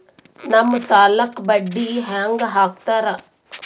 ನಮ್ ಸಾಲಕ್ ಬಡ್ಡಿ ಹ್ಯಾಂಗ ಹಾಕ್ತಾರ?